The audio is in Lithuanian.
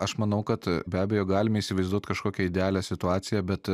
aš manau kad be abejo galime įsivaizduot kažkokią idealią situaciją bet